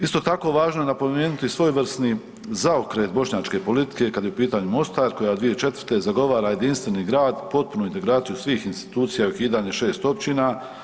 Isto tako važno je napomenuti i svojevrsni zaokret bošnjačke politike kad je u pitanju Mostar, koja od 2004. zagovara jedinstveni grad, potpunu integraciju svih institucija i ukidanje 6 općina.